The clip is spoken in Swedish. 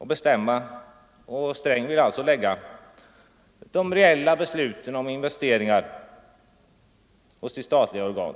Herr Sträng vill nämligen lägga de reella besluten hos de statliga organen.